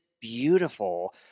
beautiful